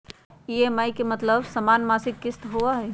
EMI के मतलब समान मासिक किस्त होहई?